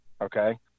okay